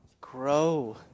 Grow